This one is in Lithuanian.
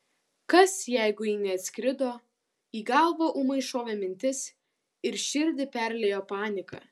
kas jeigu ji neatskrido į galvą ūmai šovė mintis ir širdį perliejo panika